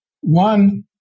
One